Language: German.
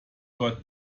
dort